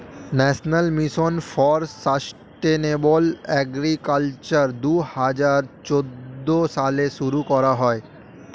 national mission for sustainable agriculture দুহাজার চৌদ্দ সালে শুরু করা হয়